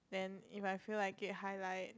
then if I feel like it highlight